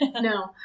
No